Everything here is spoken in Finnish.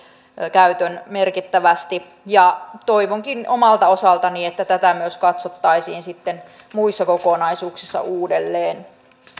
käyttöä merkittävästi toivonkin omalta osaltani että tätä myös katsottaisiin sitten muissa kokonaisuuksissa uudelleen